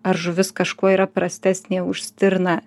ar žuvis kažkuo yra prastesnė už stirną